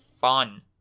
fun